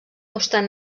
obstant